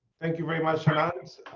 thank you very much ah